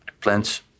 plans